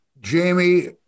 Jamie